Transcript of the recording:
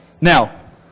Now